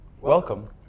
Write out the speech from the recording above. welcome